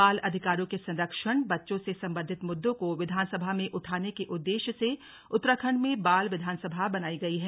बाल अधिकारों के संरक्षण बच्चों से संबंधित मुद्दों को विधानसभा में उठाने के उद्देश्य से उत्तराखण्ड में बाल विधानसभा बनाई गई है